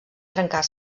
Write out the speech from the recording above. trencar